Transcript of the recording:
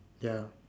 ya